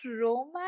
romance